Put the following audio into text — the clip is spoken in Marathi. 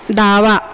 डावा